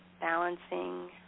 balancing